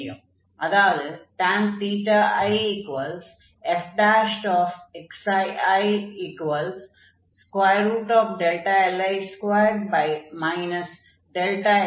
அதாவது tan i fili2 xi2xi